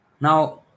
Now